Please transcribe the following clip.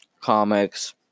comics